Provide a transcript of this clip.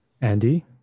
Andy